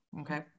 Okay